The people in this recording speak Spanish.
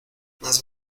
mas